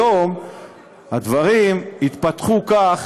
היום הדברים התפתחו כך